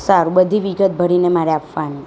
સારું બધી વિગત ભરીને મારે આપવાની